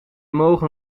mogen